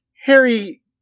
Harry